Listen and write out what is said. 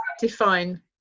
define